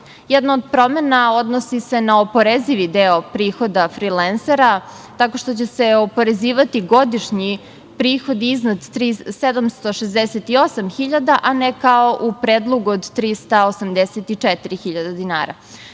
Jedna od promena odnosi se na oporezivi deo prihoda frilensera, tako što će se oporezivati godišnji prihodi iznad 768 hiljada, a ne kao u predlogu od 384 hiljade dinara. Još